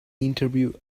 interview